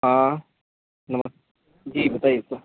हाँ नमस्ते जी बताइए सर